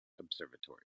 observatory